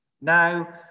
Now